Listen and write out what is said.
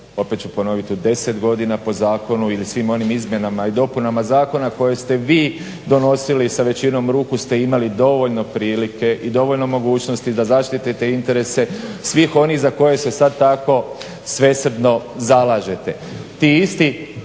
opet ću ponoviti, u 10 godina po zakonu ili svim onim izmjenama i dopunama zakona koje ste vi donosili sa većinom ruku ste imali dovoljno prilike i dovoljno mogućnosti da zaštite interese svih onih za koje se tako svesrdno zalažete. Ti isti